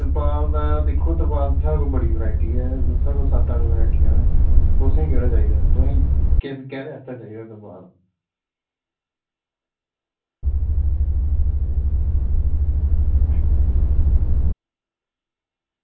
तरपाल दा दिक्खो तरपाल दी साढ़े कोल बड़ी वैरायटी ऐ साढ़े कोल सत्त अट्ठ वैरायटियां न तुसें केह्ड़ा चाहिदा ऐ तुसें ई केह्दे आस्तै चाहिदा तरपाल